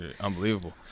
Unbelievable